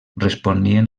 responien